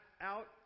out